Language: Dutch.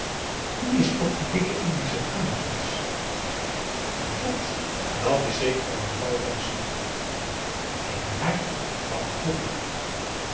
wie is toch die dikke indische dame ginds dat dat is zekere mevrouw janssen ken je haar van vroeger